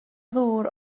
dŵr